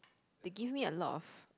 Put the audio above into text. they give me a lot of